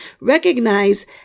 recognize